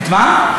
את מה?